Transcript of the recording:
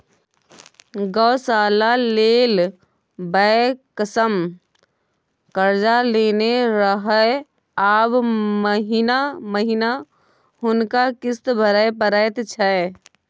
गौशाला लेल बैंकसँ कर्जा लेने रहय आब महिना महिना हुनका किस्त भरय परैत छै